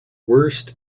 worst